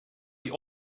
die